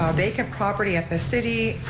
vacant property at the city,